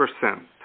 percent